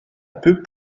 peu